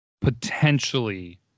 potentially